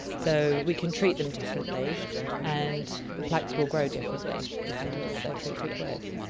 so we can treat them differently and the plaques will grow differently depending on what they're treated with.